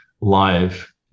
live